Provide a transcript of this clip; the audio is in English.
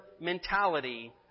mentality